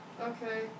Okay